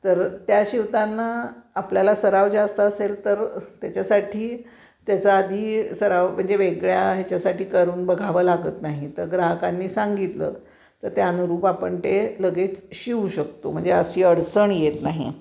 तर त्या शिवताना आपल्याला सराव जास्त असेल तर त्याच्यासाठी त्याचा आधी सराव म्हणजे वेगळ्या ह्याच्यासाठी करून बघावं लागतं नाही तर ग्राहकांनी सांगितलं तर त्या अनुरूप आपण ते लगेच शिवू शकतो म्हणजे अशी अडचण येत नाही